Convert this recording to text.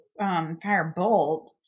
firebolt